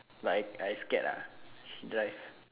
like I I scared ah she drive